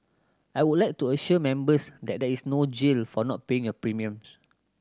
I would like to assure Members that there is no jail for not paying your premiums